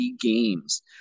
games